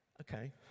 okay